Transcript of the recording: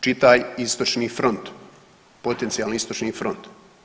Čitaj istočni front, potencijalni istočni front.